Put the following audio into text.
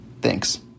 Thanks